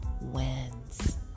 wins